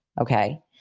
okay